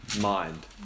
mind